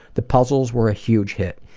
the puzzles were a huge hit.